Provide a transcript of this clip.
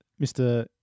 Mr